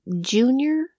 Junior